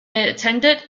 attended